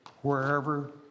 wherever